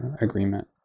agreement